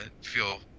feel